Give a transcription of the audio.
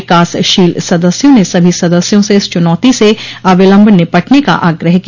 विकासशील सदस्यों ने सभी सदस्यों से इस चुनौती से अविलंब निपटने का आग्रह किया